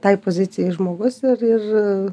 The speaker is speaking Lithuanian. tai pozicijai žmogus ir ir